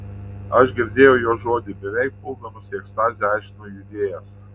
aš girdėjau jo žodį beveik puldamas į ekstazę aiškino judėjas